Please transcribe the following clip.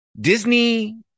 Disney